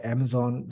Amazon